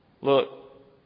look